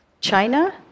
China